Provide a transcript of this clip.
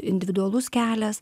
individualus kelias